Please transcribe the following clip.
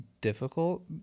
difficult